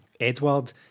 Edward